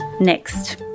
Next